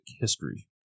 history